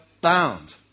bound